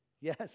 Yes